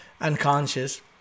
unconscious